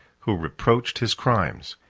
who reproached his crimes,